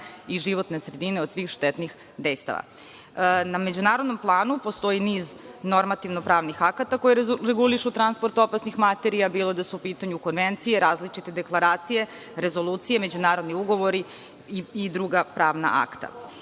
i životne sredine od svih štetnih dejstava. Na međunarodnom planu postoji niz normativno-pravnih akata koji regulišu transport opasnih materija, bilo da su u pitanju konvencije, različite deklaracije, rezolucije, međunarodni ugovori i druga pravna akta.